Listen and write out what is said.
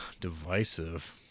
Divisive